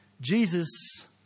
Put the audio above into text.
Jesus